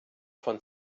von